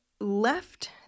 left